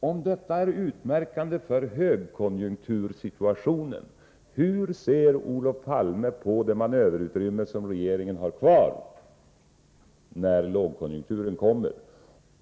Om detta är utmärkande för högkonjunktursituationen, hur ser Olof Palme på det manöverutrymme som regeringen har kvar när lågkonjunkturen kommer?